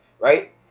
right